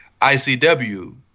icw